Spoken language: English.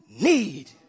need